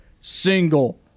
single